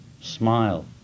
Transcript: smile